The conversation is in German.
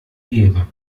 gäbe